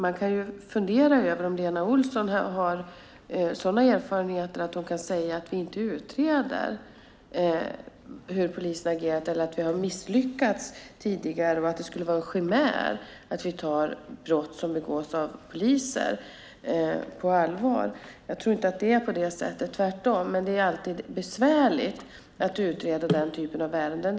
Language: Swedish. Man kan fundera över om Lena Olsson har sådana erfarenheter att hon kan säga att vi inte utreder hur polisen har agerat eller att vi har misslyckats tidigare och att det skulle vara en chimär att vi tar brott som begås av poliser på allvar. Jag tror inte att det är på det sättet - tvärtom - men det är alltid besvärligt att utreda den typen av ärenden.